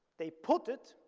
they put it,